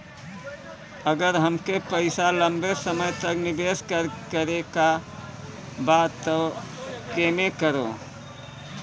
अगर हमके पईसा लंबे समय तक निवेश करेके बा त केमें करों?